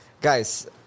guys